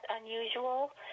unusual